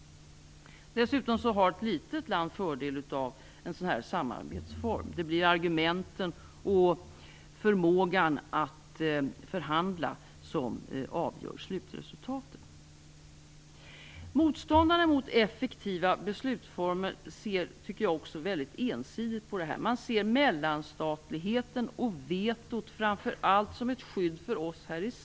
Dessutom har ett litet land en fördel av en sådan här samarbetsform. Det blir argumenten och förmågan att förhandla som avgör slutresultatet. Motståndare till effektiva beslutsformer ser, tycker jag, också väldigt ensidigt på det här. Man ser framför allt på mellanstatligheten och på vetot som ett skydd för oss i Sverige.